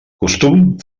costum